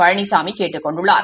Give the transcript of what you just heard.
பழனிசாமி கேட்டுக் கொண்டுள்ளார்